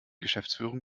geschäftsführung